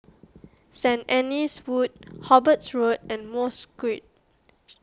Saint Anne's Wood Hobarts Road and Mosque